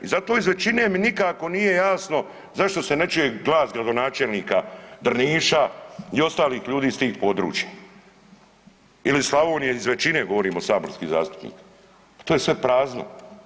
I zato iz većine mi nikako nije jasno zašto se ne čuje glas gradonačelnika Drniša i ostalih ljudi s tih područja ili Slavonije iz većine govorim o saborskim zastupnicima, pa to je sve prazno.